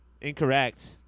Incorrect